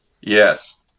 Yes